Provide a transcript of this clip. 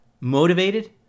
motivated